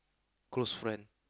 close friend